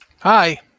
Hi